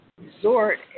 resort